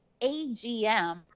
AGM